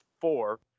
four